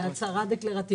בהצהרה דקלרטיבית.